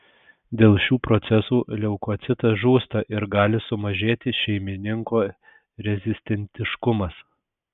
dėl šių procesų leukocitas žūsta ir gali sumažėti šeimininko rezistentiškumas